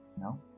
No